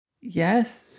Yes